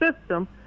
system